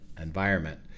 environment